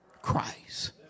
Christ